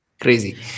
Crazy